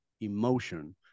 emotion